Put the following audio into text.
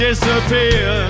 disappear